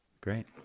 Great